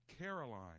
Caroline